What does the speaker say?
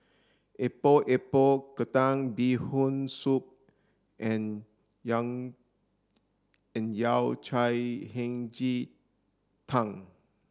Epok Epok Kentang bee hoon soup and Yao Cai Hei Ji Tang